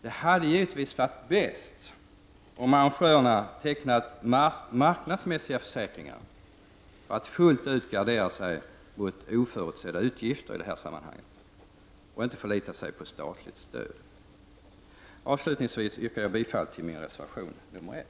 Det hade givetvis varit bäst om arrangörerna hade tecknat marknadsmässiga försäkringar för att fullt ut gardera sig mot oförutsedda utgifter och inte förlita sig på statligt stöd. Avslutningsvis yrkar jag bifall till min reservation nr 1.